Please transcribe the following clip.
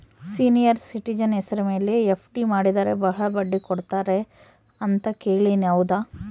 Senior citizen ಹೆಸರ ಮೇಲೆ FD ಮಾಡಿದರೆ ಬಹಳ ಬಡ್ಡಿ ಕೊಡ್ತಾರೆ ಅಂತಾ ಕೇಳಿನಿ ಹೌದಾ?